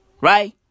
Right